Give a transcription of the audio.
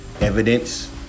Evidence